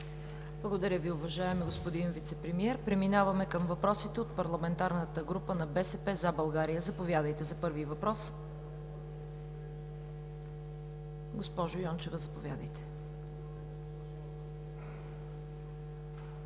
Благодаря Ви, уважаеми господин Вицепремиер. Преминаваме към въпросите от Парламентарната група на „БСП за България“. Заповядайте за първи въпрос, госпожо Йончева.